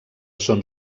són